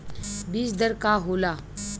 बीज दर का होला?